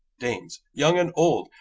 dames young and old,